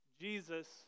Jesus